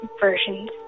versions